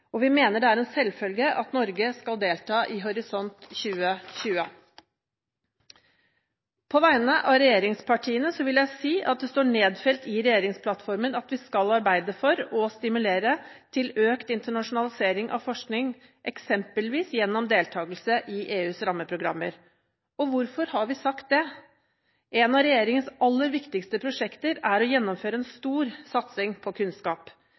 og vi mener det er en selvfølge at Norge skal delta i Horisont 2020. På vegne av regjeringspartiene vil jeg si at det står nedfelt i regjeringsplattformen at vi skal arbeide for, og stimulere til, økt internasjonalisering av forskningen, eksempelvis gjennom deltakelse i EUs rammeprogrammer. Og hvorfor har vi sagt det? Et av regjeringens aller viktigste prosjekter er å gjennomføre en stor satsing på kunnskap.